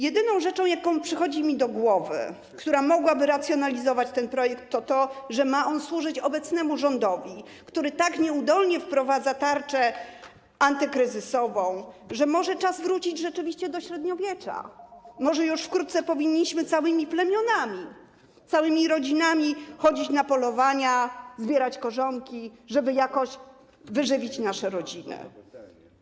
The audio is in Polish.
Jedyna rzecz, jaka przychodzi mi do głowy, która mogłaby racjonalizować ten projekt, to to, że ma on służyć obecnemu rządowi, który tak nieudolnie wprowadza tarczę antykryzysową, że może czas wrócić rzeczywiście do średniowiecza, może już wkrótce powinniśmy całymi plemionami, całymi rodzinami chodzić na polowania, zbierać korzonki, żeby jakoś wyżywić nasze rodziny.